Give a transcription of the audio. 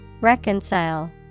Reconcile